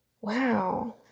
Wow